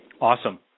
Awesome